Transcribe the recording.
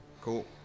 Cool